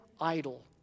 idol